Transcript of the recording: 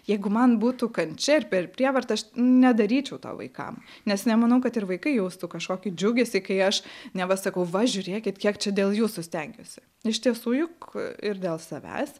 jeigu man būtų kančia ir per prievartą aš nedaryčiau to vaikam nes nemanau kad ir vaikai jaustų kažkokį džiugesį kai aš neva sakau va žiūrėkit kiek čia dėl jūsų stengiuosi iš tiesų juk ir dėl savęs